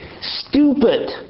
stupid